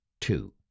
two